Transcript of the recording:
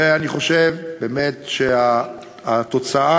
ואני חושב באמת שהתוצאה